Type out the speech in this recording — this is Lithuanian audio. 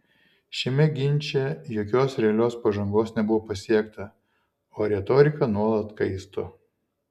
šiame ginče jokios realios pažangos nebuvo pasiekta o retorika nuolat kaisto